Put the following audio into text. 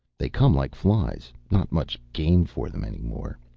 they come like flies. not much game for them any more.